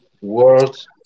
world